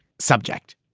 subject.